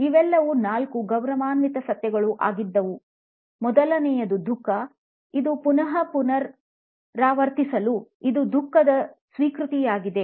ಇವೆಲ್ಲವೂ ನಾಲ್ಕು ಗೌರವಾನ್ವಿತ ಸತ್ಯಗಳು ಆಗಿದ್ದವು ಮೊದಲನೆಯದು ದುಃಖ ಇದನ್ನು ಪುನಃ ಪುನರಾವರ್ತಿಸಲು ಇದು ದುಃಖದ ಸ್ವೀಕೃತಿಯಾಗಿದೆ